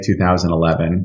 2011